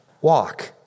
Walk